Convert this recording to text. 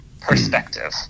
perspective